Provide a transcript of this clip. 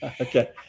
Okay